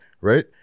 Right